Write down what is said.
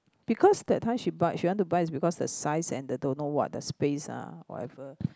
because that time she buy she want to buy is because the size and don't know what the space ah whatever